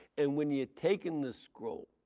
and when he had taken the scroll,